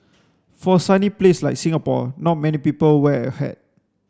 for a sunny place like Singapore not many people wear a hat